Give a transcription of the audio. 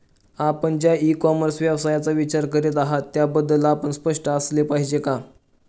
आपण ज्या e commerce व्यवसायाचा विचार करीत आहात त्याबद्दल आपण स्पष्ट असले पाहिजे का?